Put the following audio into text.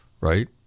right